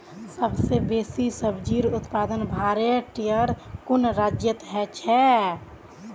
सबस बेसी सब्जिर उत्पादन भारटेर कुन राज्यत ह छेक